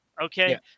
okay